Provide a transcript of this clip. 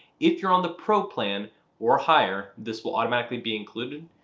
if you're on the pro plan or higher, this will automatically be included,